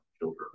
children